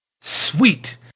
sweet